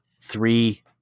three